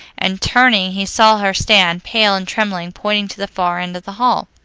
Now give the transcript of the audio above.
and turning he saw her stand, pale and trembling, pointing to the far end of the hall.